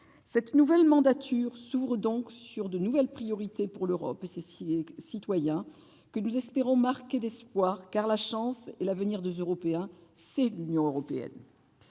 Cette nouvelle mandature s'ouvre donc sur de nouvelles priorités pour l'Europe et ses citoyens, que nous espérons remplis d'espoir, car la chance et l'avenir des Européens, c'est l'Union européenne.